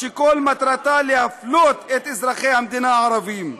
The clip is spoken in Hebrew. שכל מטרתה להפלות את אזרחי המדינה הערבים.